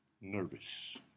nervous